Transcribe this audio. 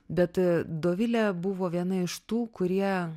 bet dovilė buvo viena iš tų kurie